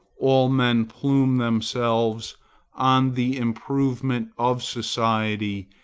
all men plume themselves on the improvement of society,